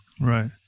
Right